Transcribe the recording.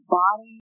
body